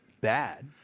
bad